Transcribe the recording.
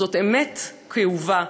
זאת אמת כאובה,